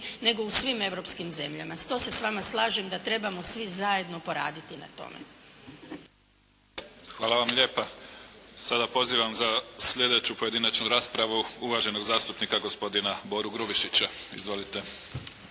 nego u svim europskim zemljama. To se s vama slažem da trebamo svi zajedno poraditi na tome. **Mimica, Neven (SDP)** Hvala vam lijepa. Sada pozivam za slijedeću pojedinačnu raspravu uvaženog zastupnika gospodina Boru Grubišića. Izvolite.